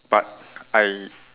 but I